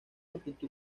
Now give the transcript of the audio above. actitud